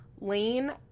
Lane